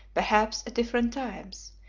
perhaps at different times,